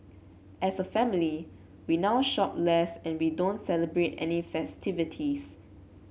as a family we now shop less and we don't celebrate any festivities